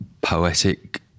poetic